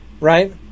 right